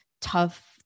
tough